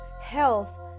health